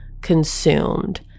consumed